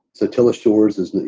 so tell us shores is that,